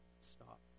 stop